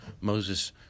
Moses